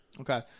Okay